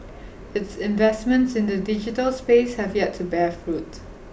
its investments in the digital space have yet to bear fruit